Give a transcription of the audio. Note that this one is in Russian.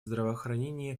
здравоохранения